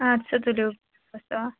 اَدٕ سا تُلِو رۅبس حوال